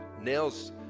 Nails